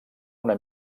una